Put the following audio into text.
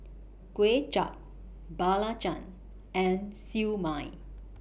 Kway Chap Belacan and Siew Mai